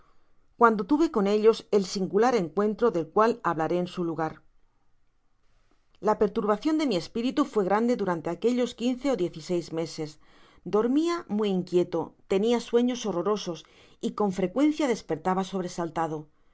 cuando tuve con ellos el singular encuentro del cual hablaré en su lugar la perturbacion de mi espiritu fué grande durante aquellos quince ó diez y seis meses dormia muy inquie h tenia sueños horrorosos y con frecuencia despertaba sobresaltado